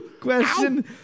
Question